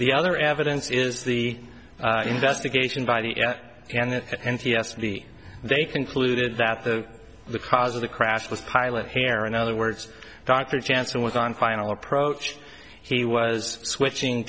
the other evidence is the investigation by the et and n t s b they concluded that the the cause of the crash was pilot hair in other words dr janssen was on final approach he was switching